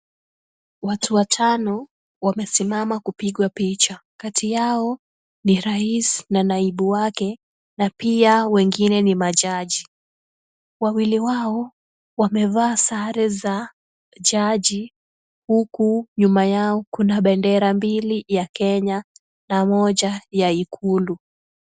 Watu watano wamesimama kupigwa picha. Kati yao ni rais na naibu wake, na pia wengine ni ma judge . Wawili wao wamevaa sare za judge , huku nyuma yao kuna bendera mbili ya Kenya, na moja ya ikulu.